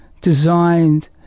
designed